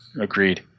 agreed